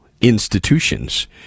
institutions